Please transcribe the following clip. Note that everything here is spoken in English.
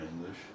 English